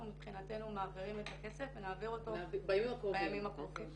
מבחינתנו מעבירים את הכסף ונעביר אותו בימים הקרובים.